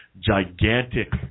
gigantic